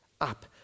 up